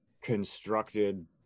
constructed